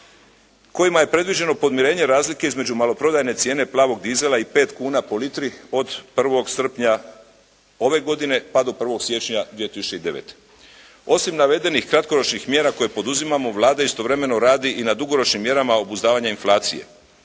kojima je predviđeno podmirenje razlike između maloprodajne cijene plavog dizela i 5 kuna po litri od 1. srpnja ove godine, pa do 1. siječnja 2009. Osim navedenih kratkoročnih mjera koje poduzimamo Vlada istovremeno radi i na dugoročnim mjerama obuzdavanja inflacije.